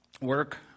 work